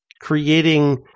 creating